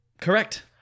Correct